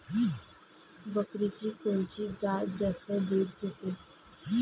बकरीची कोनची जात जास्त दूध देते?